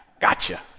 gotcha